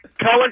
Cohen